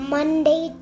Monday